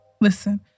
Listen